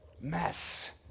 mess